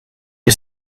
you